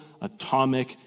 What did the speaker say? atomic